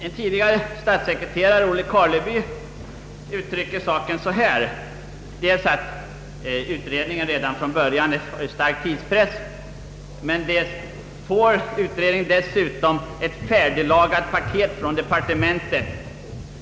En tidigare statssekreterare, Olle Karleby, uttrycker farhågor så här: Dels är utredningen redan från början i stark tidspress, dels får utredningen ett ”färdiglagat paket” från departementet.